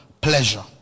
pleasure